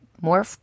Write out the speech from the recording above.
more